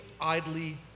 idly